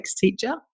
teacher